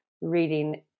reading